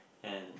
and